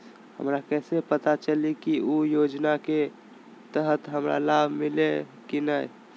हमरा कैसे पता चली की उ योजना के तहत हमरा लाभ मिल्ले की न?